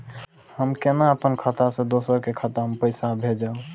हम केना अपन खाता से दोसर के खाता में पैसा भेजब?